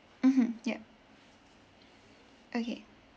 mmhmm yup okay